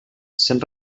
sent